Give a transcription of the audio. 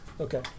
Okay